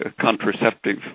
contraceptive